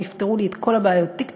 הן יפתרו לי את כל הבעיות, טיק-טיק-טיק.